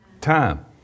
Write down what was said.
Time